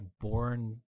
born